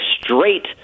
straight